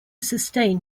sustain